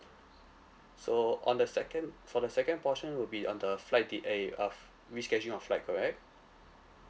so on the second for the second portion will be on the flight delay of miss catching your flight correct